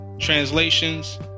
Translations